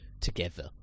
together